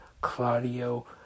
Claudio